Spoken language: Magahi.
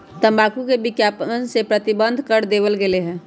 तंबाकू के विज्ञापन के प्रतिबंध कर देवल गयले है